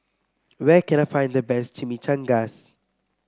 where can I find the best Chimichangas